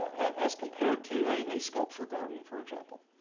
as compared to a sculpture garden for example.